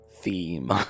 theme